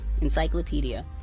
Encyclopedia